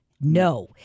No